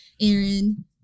aaron